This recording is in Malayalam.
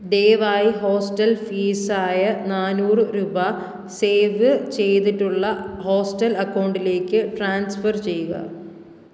ദയവായി ഹോസ്റ്റൽ ഫീസായ നാന്നൂറ് രൂപ സേവ് ചെയ്തിട്ടുള്ള ഹോസ്റ്റൽ അക്കൗണ്ടിലേക്ക് ട്രാൻസ്ഫർ ചെയ്യുക